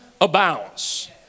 abounds